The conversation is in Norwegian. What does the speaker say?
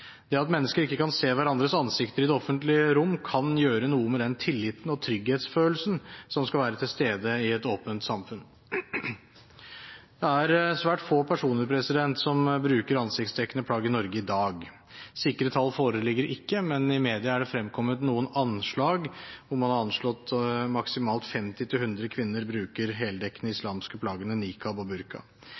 Det at mennesker ikke kan se hverandres ansikter i det offentlige rom, kan gjøre noe med den tilliten og trygghetsfølelsen som skal være til stede i et åpent samfunn. Det er svært få personer som bruker ansiktsdekkende plagg i Norge i dag. Sikre tall foreligger ikke, men i media er det fremkommet noen anslag, hvor man har anslått at maksimalt 50 til 100 kvinner bruker de heldekkende islamske plaggene niqab og burka.